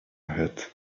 hat